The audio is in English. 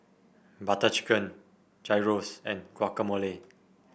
Butter Chicken Gyros and Guacamole